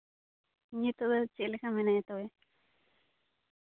ᱱᱤᱛᱚᱜ ᱫᱚ ᱪᱮᱫ ᱞᱮᱠᱟ ᱢᱮᱱᱟᱭᱟ ᱛᱚᱵᱮ